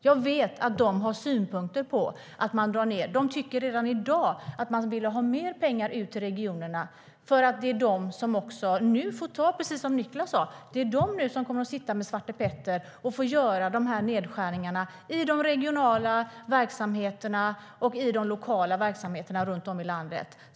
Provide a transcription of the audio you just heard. Jag vet att de har synpunkter på att man drar ned. De tycker redan i dag att de behöver ha mer pengar till regionerna, för precis som Niclas Malmberg sa är det nu de som får sitta med Svarte Petter och göra nedskärningar i regionala och lokala verksamheter runt om i landet.